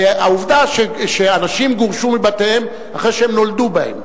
העובדה היא שאנשים גורשו מבתיהם אחרי שהם נולדו בהם.